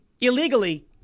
illegally